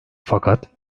fakat